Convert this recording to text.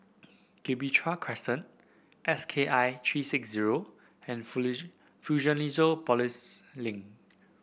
Gibraltar Crescent S K I three six zero and Fusionopolis Link